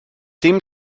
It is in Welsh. dim